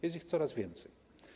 Jest ich coraz więcej.